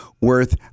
worth